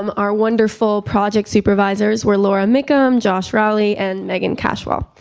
um our wonderful project supervisors were laura macomb josh rally and megan cashwal.